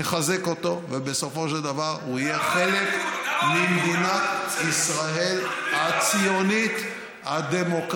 נחזק אותו ובסופו של דבר הוא יהיה חלק ממדינת ישראל הציונית הדמוקרטית,